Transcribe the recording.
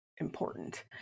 important